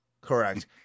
Correct